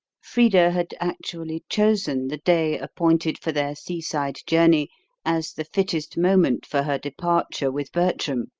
frida had actually chosen the day appointed for their seaside journey as the fittest moment for her departure with bertram,